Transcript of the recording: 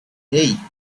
hey